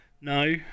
no